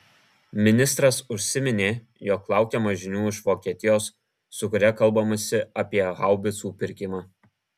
ministras užsiminė jog laukiama žinių iš vokietijos su kuria kalbamasi apie haubicų pirkimą